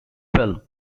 film